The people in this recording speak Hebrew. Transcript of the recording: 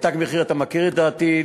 "תג מחיר" אתה מכיר את דעתי,